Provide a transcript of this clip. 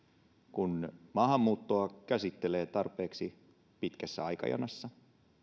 kun maahanmuuttoa käsittelee tarpeeksi pitkässä aikajanassa